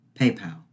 PayPal